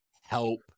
help